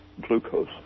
glucose